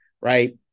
right